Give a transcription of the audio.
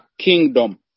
kingdom